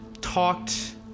talked